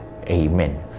Amen